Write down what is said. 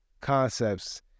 concepts